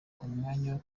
umwanya